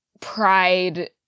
pride